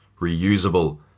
reusable